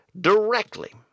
directly